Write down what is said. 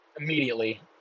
immediately